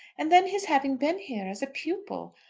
and then his having been here as a pupil!